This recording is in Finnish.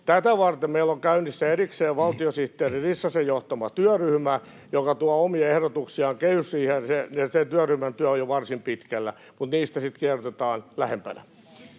Tätä varten meillä on käynnissä erikseen valtiosihteeri Rissasen johtama työryhmä, joka tuo omia ehdotuksiaan kehysriiheen, ja sen työryhmän työ on jo varsin pitkällä. Niistä sitten tiedotetaan lähempänä.